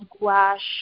gouache